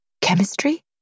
Chemistry